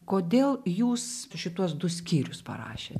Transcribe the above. kodėl jūs šituos du skyrius parašėt